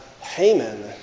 Haman